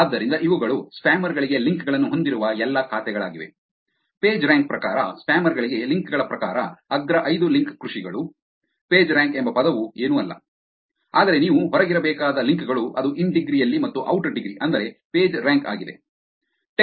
ಆದ್ದರಿಂದ ಇವುಗಳು ಸ್ಪ್ಯಾಮರ್ ಗಳಿಗೆ ಲಿಂಕ್ ಗಳನ್ನು ಹೊಂದಿರುವ ಎಲ್ಲಾ ಖಾತೆಗಳಾಗಿವೆ ಪೇಜ್ರ್ಯಾಂಕ್ ಪ್ರಕಾರ ಸ್ಪ್ಯಾಮರ್ ಗಳಿಗೆ ಲಿಂಕ್ ಗಳ ಪ್ರಕಾರ ಅಗ್ರ ಐದು ಲಿಂಕ್ ಕೃಷಿಗಳು ಪೇಜ್ರ್ಯಾಂಕ್ ಎಂಬ ಪದವು ಏನೂ ಅಲ್ಲ ಆದರೆ ನೀವು ಹೊರಗಿರಬೇಕಾದ ಲಿಂಕ್ ಗಳು ಅದು ಇನ್ ಡಿಗ್ರಿ ಯಲ್ಲಿ ಮತ್ತು ಔಟ್ ಡಿಗ್ರಿ ಅಂದರೆ ಪೇಜ್ರ್ಯಾಂಕ್ ಆಗಿದೆ